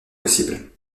possible